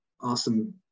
awesome